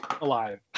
alive